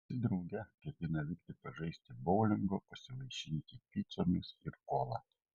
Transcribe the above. visi drauge ketina vykti pažaisti boulingo pasivaišinti picomis ir kola